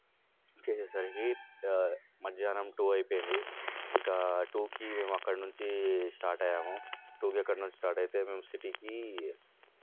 వచ్చేసేసరికి మధ్యాహ్నం టూ అయిపోయింది ఇంకా టూకి మేము అక్కడ్నుంచి స్టార్ట్ అయ్యాము టూకి అక్కడ్నుంచి స్టార్ట్ అయితే మేము సిటీకి